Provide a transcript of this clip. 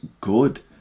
good